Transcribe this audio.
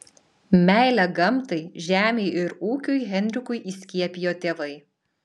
meilę gamtai žemei ir ūkiui henrikui įskiepijo tėvai